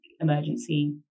emergency